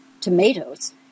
tomatoes